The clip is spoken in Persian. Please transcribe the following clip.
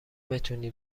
بتونی